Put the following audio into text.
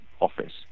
office